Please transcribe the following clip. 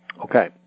Okay